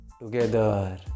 together